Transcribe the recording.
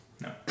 No